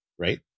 Right